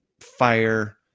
fire